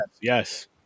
Yes